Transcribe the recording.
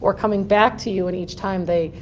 or coming back to you and each time they